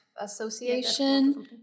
Association